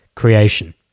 Creation